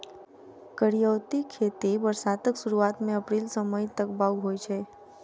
करियौती खेती बरसातक सुरुआत मे अप्रैल सँ मई तक बाउग होइ छै